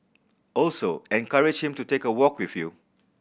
also encourage him to take a walk with you